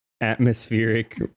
atmospheric